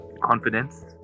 confidence